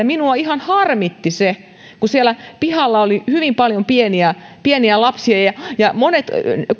minua ihan harmitti siellä pihalla oli hyvin paljon pieniä pieniä lapsia ja ja